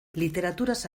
literaturaz